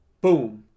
boom